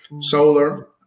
solar